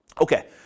Okay